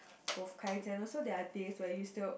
both kinds and also there are days where you still